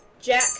Jack